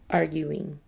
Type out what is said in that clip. arguing